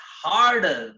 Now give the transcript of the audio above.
harder